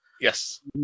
Yes